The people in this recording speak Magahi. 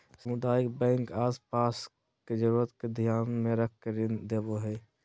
सामुदायिक बैंक आस पास के जरूरत के ध्यान मे रख के ऋण देवो हय